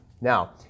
Now